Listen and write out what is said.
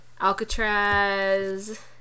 Alcatraz